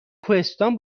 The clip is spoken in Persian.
کوهستان